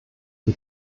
die